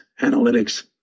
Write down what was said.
Analytics